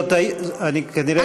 כנראה פשוט,